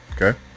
Okay